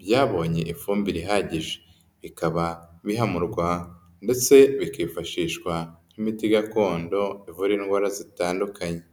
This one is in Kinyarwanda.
byabonye ifumbire ihagije, bikaba bihamurwa ndetse bikifashishwa nk'imiti gakondo ivura indwara zitandukanye.